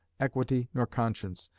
equity, nor conscience,